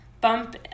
bump